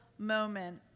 moment